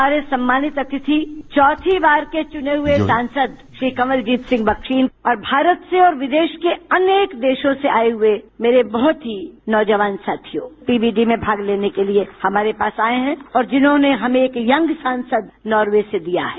हमारे सम्मानित अतिथि चौथी बार के चुने हुए सांसद श्री कवंलजीत सिंह बख्शी और भारत से और विदेश के अनेक देशों से आए हुए मेरे बहुत ही नौजवान साथियों पी वी डी में भाग लेने के लिए हमारे पास आए हैं और जिन्होंने हमें एक यंग सांसद नोर्वे से दिया है